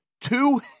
two